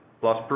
plus